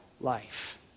life